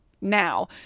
now